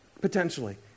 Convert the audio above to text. Potentially